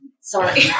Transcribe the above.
Sorry